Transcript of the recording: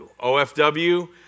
OFW